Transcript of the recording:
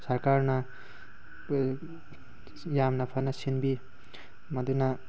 ꯁꯔꯀꯥꯔꯅ ꯌꯥꯝꯅ ꯐꯅ ꯁꯤꯟꯕꯤ ꯃꯗꯨꯅ